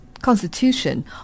Constitution